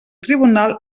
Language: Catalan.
tribunal